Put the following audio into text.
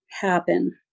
happen